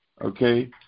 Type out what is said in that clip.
okay